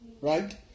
right